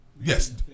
yes